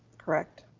correct?